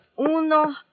Uno